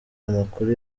amakuru